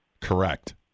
Correct